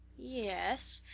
yes.